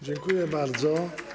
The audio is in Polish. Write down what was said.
Dziękuję bardzo.